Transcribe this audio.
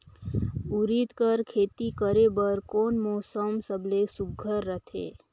उरीद कर खेती करे बर कोन मौसम सबले सुघ्घर रहथे?